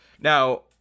Now